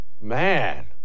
Man